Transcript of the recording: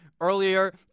earlier